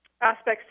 aspects